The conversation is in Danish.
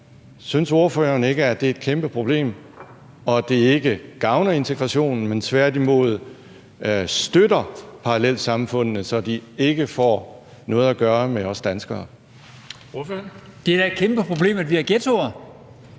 Synes ordføreren ikke, at det er et kæmpe problem, og at det ikke gavner integrationen, men tværtimod støtter parallelsamfundene, så de ikke får noget at gøre med os danskere? Kl. 16:00 Fjerde næstformand (Trine